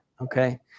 Okay